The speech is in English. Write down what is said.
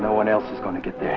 no one else is going to get the